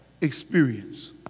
experience